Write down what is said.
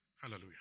Hallelujah